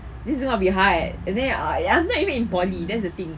this is gonna be hard and then ah I'm like I'm not even in poly that's the thing